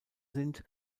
sind